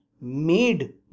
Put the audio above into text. made